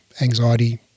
anxiety